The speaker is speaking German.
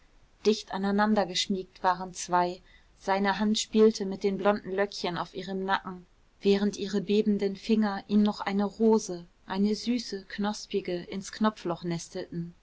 dicht aneinander geschmiegt waren zwei seine hand spielte mit den blonden löckchen auf ihrem nacken während ihre bebenden finger ihm noch eine rose eine süße knospige ins knopfloch